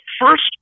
first